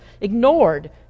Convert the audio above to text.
ignored